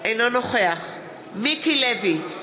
אינו נוכח מיקי לוי,